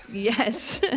yes,